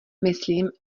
myslím